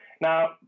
Now